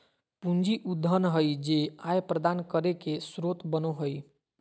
पूंजी उ धन हइ जे आय प्रदान करे के स्रोत बनो हइ